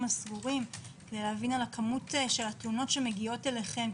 הסגורים כדי להבין על כמות התלונות שמגיעות אליכם,